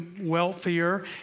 wealthier